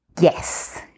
Yes